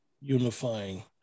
unifying